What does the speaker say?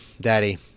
Daddy